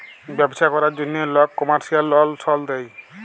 ব্যবছা ক্যরার জ্যনহে লক কমার্শিয়াল লল সল লেয়